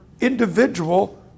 individual